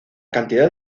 cantidad